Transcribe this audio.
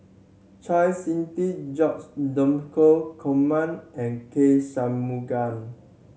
Chau Sik Ting George Dromgold Coleman and K Shanmugam